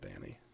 Danny